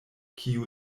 kiu